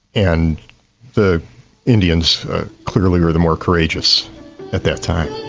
and the indians clearly were the more courageous at that time.